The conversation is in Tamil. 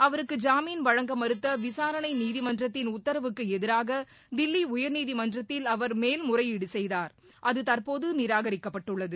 அவருக்கு ஜாமின் வழங்க மறுத்த விசாரணை நீதிமன்றத்தின் உத்தரவுக்கு எதிராக தில்லி உயர்நீதிமன்றத்தில் அவர் மேல் முறையீடு செய்தார் அது தற்போது நிராகரிக்கப்பட்டது